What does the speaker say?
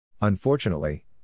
Unfortunately